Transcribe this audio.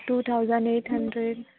two thousand eight hundred